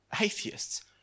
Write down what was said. atheists